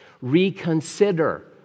reconsider